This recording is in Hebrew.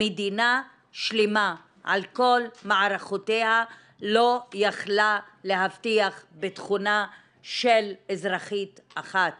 מדינה שלמה על כל מערכותיה לא יכלה להבטיח את ביטחונה של אזרחית אחת